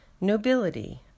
nobility